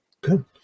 Good